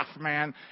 man